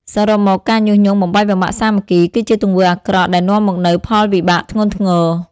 សរុបមក ការញុះញង់បំបែកបំបាក់សាមគ្គី គឺជាទង្វើអាក្រក់ដែលនាំមកនូវផលវិបាកធ្ងន់ធ្ងរ។